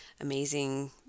amazing